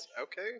Okay